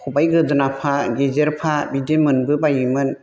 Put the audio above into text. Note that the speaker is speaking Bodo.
खबाइ गोदोनाफा गेजेरफा बिदि मोनबो बायोमोन